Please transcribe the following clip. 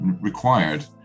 required